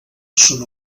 són